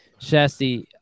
Shasti